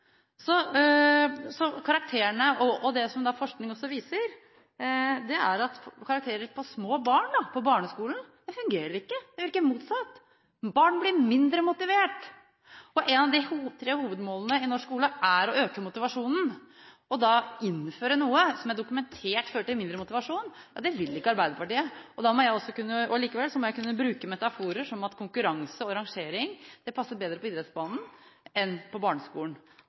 Det som forskning viser, er at karakterer for små barn, på barneskolen, ikke fungerer – det virker motsatt: Barn blir mindre motivert. Ett av de tre hovedmålene i norsk skole er å øke motivasjonen. Det å innføre noe som dokumentert vil føre til mindre motivasjon, vil ikke Arbeiderpartiet. Likevel må jeg kunne bruke metaforer om at konkurranse og rangering passer bedre på idrettsbanen enn på barneskolen.